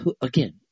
Again